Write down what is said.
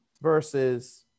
versus